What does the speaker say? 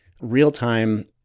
real-time